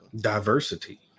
Diversity